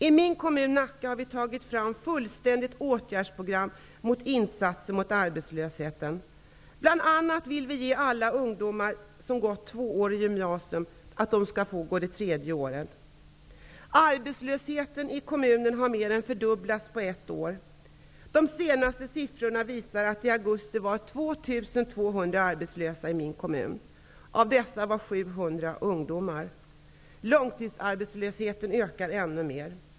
I min kommun, Nacka, har vi tagit fram ett fullständigt åtgärdsprogram med insatser mot arbetslösheten. Bl.a. vill vi att alla ungdomar som gått tvåårigt gymnasium skall få gå det tredje gymnasieåret. Arbetslösheten i kommunen har på ett år mer än fördubblats. De senaste siffrorna visar att 2 200 människor i min kommun i augusti i år var arbetslösa, av dessa var 700 ungdomar. Långtidsarbetslösheten ökar ännu mer.